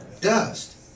Dust